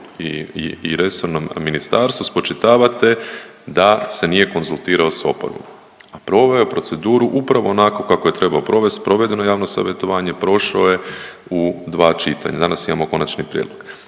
i resornom ministarstvu spočitavate da se nije konzultirao s oporbom, a proveo je proceduru upravo onako kako je trebao provest, provedeno javno savjetovanje, prošao je u dva čitanja, danas imamo konačni prijedlog.